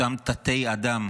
אותם תתי-אדם